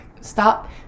Stop